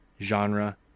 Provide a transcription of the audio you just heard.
genre